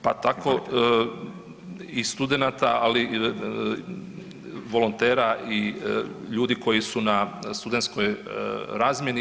pa tako i studenata, ali volontera i ljudi koji su na studentskoj razmjeni.